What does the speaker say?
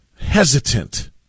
hesitant